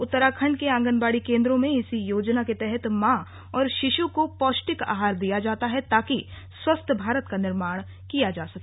उत्तराखंड के आंगनबाड़ी केंद्रों में इसी योजना के तहत मां और शिशु को पौष्टिक आहार दिया जाता है ताकि स्वस्थ भारत का निर्माण किया जा सके